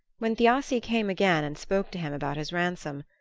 when thiassi came again and spoke to him about his ransom,